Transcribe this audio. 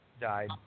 died